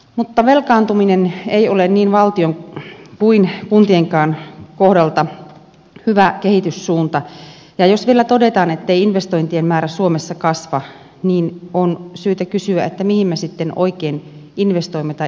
mutta velkaantuminen ei ole niin valtion kuin kuntienkaan kohdalta hyvä kehityssuunta ja jos vielä todetaan ettei investointien määrä suomessa kasva niin on syytä kysyä mihin me sitten oikein investoimme tai yritämme investoida